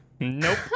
Nope